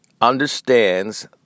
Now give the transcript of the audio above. understands